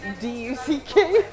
d-u-c-k